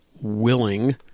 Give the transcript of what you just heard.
willing